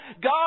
God